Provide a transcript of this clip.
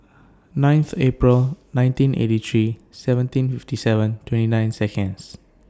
ninth April nineteen eighty three seventeen fifty seven twenty nine Seconds